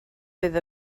bydd